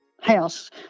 house